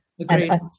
agreed